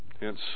hence